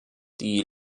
die